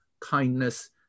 kindness